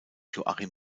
joachim